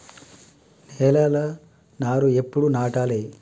నేలలా నారు ఎప్పుడు నాటాలె?